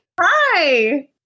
Hi